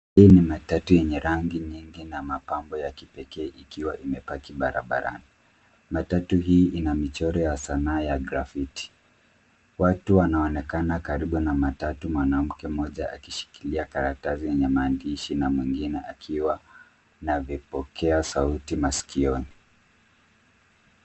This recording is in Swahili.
Hii ni matatu yenye rangi nyingi na mapambo ya kipekee ikiwa imepaki barabarani. Matatu hii ina michoro ya sanaa ya grafiti. Watu wanaonekana karibu na matatu, mwanamke mmoja akishikilia karatasi yenye maandishi na mwengine akiwa na vipokea sauti masikioni.